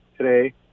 today